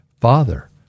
Father